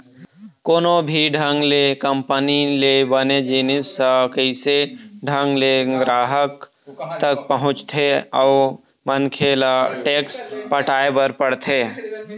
कोनो भी ढंग ले कंपनी ले बने जिनिस ह कइसे ढंग ले गराहक तक पहुँचथे अउ मनखे ल टेक्स पटाय बर पड़थे